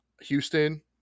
Houston